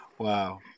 Wow